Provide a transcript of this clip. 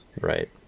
Right